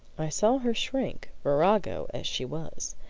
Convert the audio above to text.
i saw her shrink, virago as she was.